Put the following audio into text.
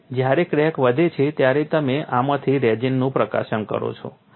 તેથી જ્યારે ક્રેક વધે છે ત્યારે તમે આમાંથી રેઝિનનું પ્રકાશન કરો છો